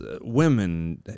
women